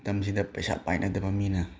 ꯃꯇꯝꯁꯤꯗ ꯄꯩꯁꯥ ꯄꯥꯏꯅꯗꯕ ꯃꯤꯅ